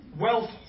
Wealth